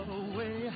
away